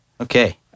Okay